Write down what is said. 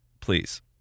Please